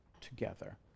together